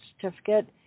certificate